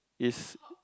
is